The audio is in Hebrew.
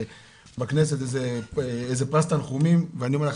שבכנסת זה איזה פרס תנחומים ואני אומר לך,